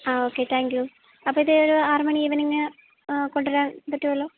ആ okay thank you അപ്പോള് ഇതൊരു ആറുമണി ഈവെനിംഗ് കൊണ്ടുവരാൻ പറ്റുമല്ലോ